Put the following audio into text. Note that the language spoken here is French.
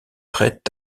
prêts